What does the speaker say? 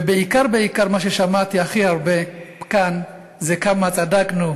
ובעיקר בעיקר מה ששמעתי הכי הרבה כאן זה כמה צדקנו,